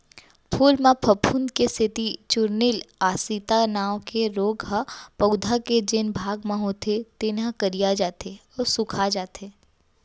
फूल म फफूंद के सेती चूर्निल आसिता नांव के रोग ह पउधा के जेन भाग म होथे तेन ह करिया जाथे अउ सूखाजाथे